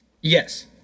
Yes